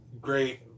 great